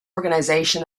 organization